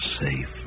safe